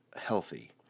healthy